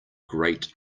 great